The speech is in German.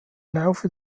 laufe